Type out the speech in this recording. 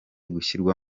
gushyirwa